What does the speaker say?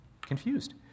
confused